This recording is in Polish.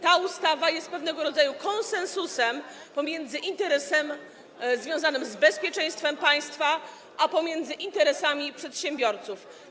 Ta ustawa jest pewnego rodzaju konsensusem pomiędzy interesem związanym z bezpieczeństwem państwa, a interesami przedsiębiorców.